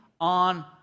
on